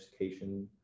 education